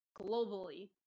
globally